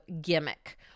gimmick